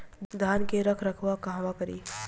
धान के रख रखाव कहवा करी?